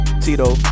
Tito